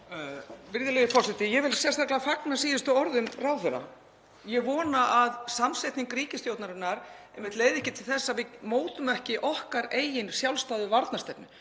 Virðulegi forseti. Ég vil sérstaklega fagna síðustu orðum ráðherra. Ég vona að samsetning ríkisstjórnarinnar leiði ekki til þess að við mótum ekki okkar eigin sjálfstæðu varnarstefnu.